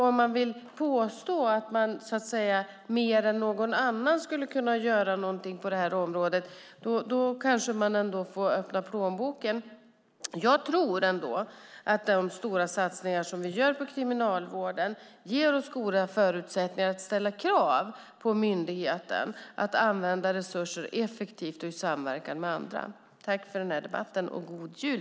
Om man vill påstå att man mer än någon annan kan göra någonting på området får man nog ändå öppna plånboken. Jag tror att de satsningar vi gör på Kriminalvården ger oss goda förutsättningar att ställa krav på myndigheten att använda resurser effektivt och i samverkan med andra. Tack för den här debatten och god jul!